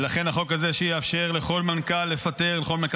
ולכן החוק הזה יאפשר לכל מנכ"ל משרד